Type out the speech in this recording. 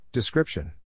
Description